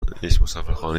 مسافرخانه